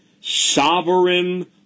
Sovereign